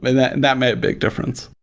and that and that made a big difference.